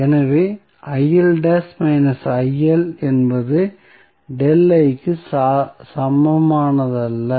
எனவே என்பது க்கு சமமானதல்ல